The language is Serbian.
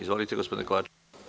Izvolite, gospodine Kovačeviću.